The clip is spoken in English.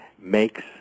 makes